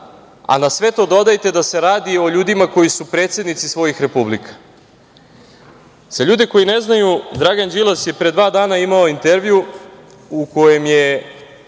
a na sve to dodajte da se radi o ljudima koji su predsednici svojih republika.Za ljude koji ne znaju, Dragan Đilas je pre dva dana imao intervju, u kome je